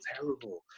terrible